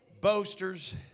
Boasters